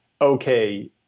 okay